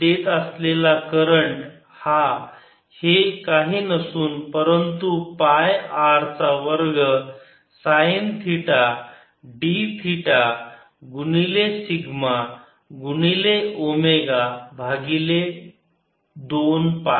rsinθω तर फीत देत असलेला करंट हा हे काही नसून परंतु पाय R चा वर्ग साईन थिटा d थिटा गुणिले सिग्मा गुणिले ओमेगा भागिले दोन पाय